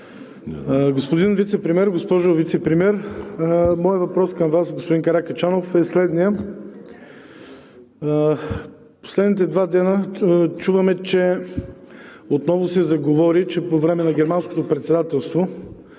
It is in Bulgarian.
Господин Вицепремиер, госпожо Вицепремиер! Моят въпрос към Вас, господин Каракачанов, е следният. Последните два дни чуваме, че се заговори, че по време на Германското председателство